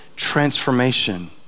transformation